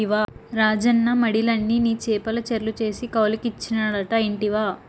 రాజన్న మడిలన్ని నీ చేపల చెర్లు చేసి కౌలుకిచ్చినాడట ఇంటివా